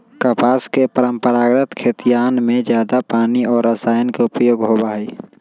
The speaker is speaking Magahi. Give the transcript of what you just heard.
कपास के परंपरागत खेतियन में जादा पानी और रसायन के उपयोग होबा हई